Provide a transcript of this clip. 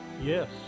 Yes